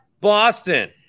Boston